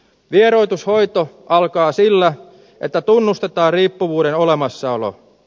vieroitushoito alkaa sillä että tunnustetaan riippuvuuden olemassaolo